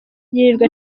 yirirwa